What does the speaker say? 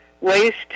waste